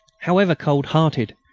however cold-hearted,